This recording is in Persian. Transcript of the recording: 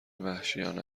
وحشیانه